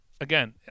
again